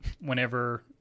whenever